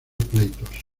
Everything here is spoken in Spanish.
pleitos